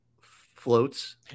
floats